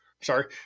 sorry